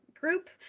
group